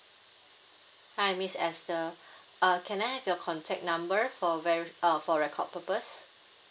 hi miss esther uh can I have your contact number for ve~ uh for record purpose